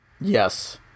Yes